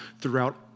throughout